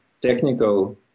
technical